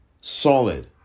solid